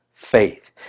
Faith